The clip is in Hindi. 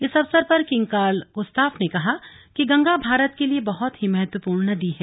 इस अवसर पर किंग कार्ल गुस्ताफ ने कहा की गंगा भारत के लिए बहुत ही महत्वपूर्ण नदी है